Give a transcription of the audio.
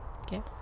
Okay